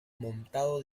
montado